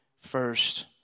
first